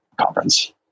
conference